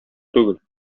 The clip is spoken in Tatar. түгел